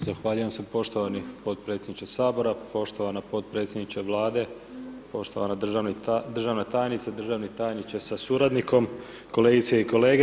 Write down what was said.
Zahvaljujem se poštovani potpredsjedniče Sabora, poštovana potpredsjednice Vlade, poštovana državna tajniče, državni tajniče sa suradnikom, kolegice kolege.